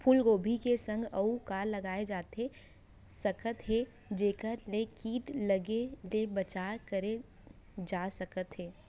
फूलगोभी के संग अऊ का लगाए जाथे सकत हे जेखर ले किट लगे ले बचाव करे जाथे सकय?